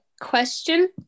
question